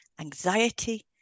anxiety